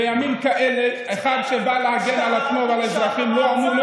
בימים כאלה, אחד שבא להגן על עצמו ועל, של המעצר.